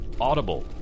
Audible